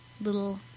little